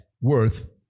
worth